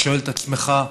אתה שואל את עצמך: